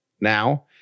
now